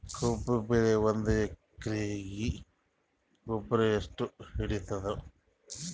ಕಬ್ಬು ಬೆಳಿ ಒಂದ್ ಎಕರಿಗಿ ಗೊಬ್ಬರ ಎಷ್ಟು ಹಿಡೀತದ?